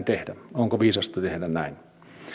tehdä onko viisasta tehdä näin